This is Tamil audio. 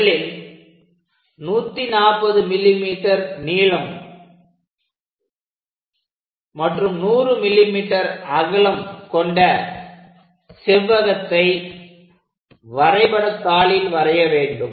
முதலில் 140 mm நீளம் மற்றும் 100 mm அகலம் கொண்ட செவ்வகத்தை வரைபடத்தாளில் வரைய வேண்டும்